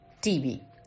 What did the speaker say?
TV